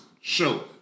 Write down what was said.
show